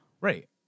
Right